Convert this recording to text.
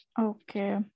Okay